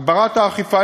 הגברת האכיפה.